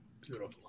Beautiful